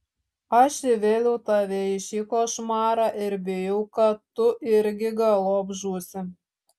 aš įvėliau tave į šį košmarą ir bijau kad tu irgi galop žūsi